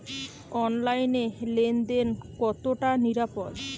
অনলাইনে লেন দেন কতটা নিরাপদ?